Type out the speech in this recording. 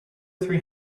three